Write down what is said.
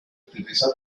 utiliza